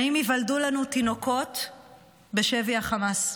האם ייוולדו לנו תינוקות בשבי החמאס?